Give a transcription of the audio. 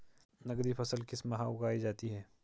नकदी फसल किस माह उगाई जाती है?